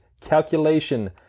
calculation